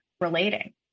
relating